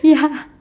ya